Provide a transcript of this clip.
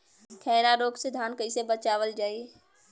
खैरा रोग से धान कईसे बचावल जाई?